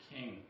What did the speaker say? King